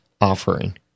offering